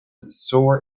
sore